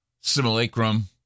simulacrum